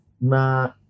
Na